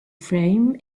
frame